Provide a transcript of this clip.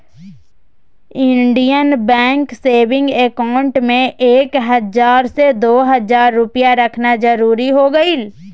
Indian Bank saving account में एक हजार से दो हजार रुपया रखना जरूरी हो गेलय